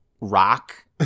rock